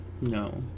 no